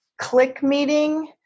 ClickMeeting